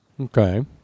Okay